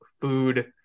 food